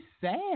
sad